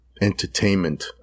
entertainment